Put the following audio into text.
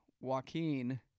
Joaquin